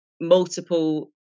multiple